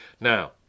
Now